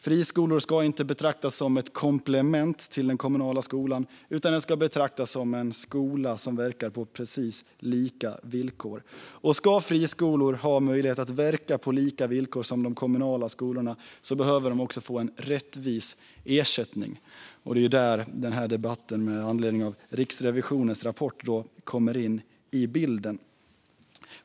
Friskolor ska inte betraktas som komplement till den kommunala skolan, utan som skolor som verkar på precis lika villkor. Ska friskolor ha möjlighet att verka på lika villkor som de kommunala skolorna behöver de också få en rättvis ersättning. Det är här denna debatt med anledning av Riksrevisionens rapport kommer in i bilden.